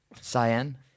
Cyan